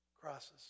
Crosses